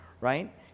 right